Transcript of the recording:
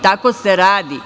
Tako se radi.